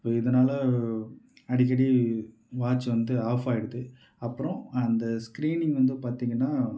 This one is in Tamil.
இதனாலே அடிக்கடி வாட்ச் வந்து ஆஃப் ஆயிடுது அப்புறம் அந்த ஸ்க்ரீனிங் வந்து பார்த்திங்கன்னா